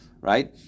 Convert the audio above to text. right